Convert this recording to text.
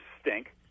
stink